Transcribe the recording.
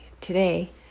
today